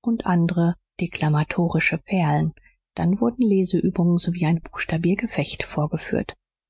und andere deklamatorische perlen dann wurden leseübungen sowie ein buchstabier gefecht vorgeführt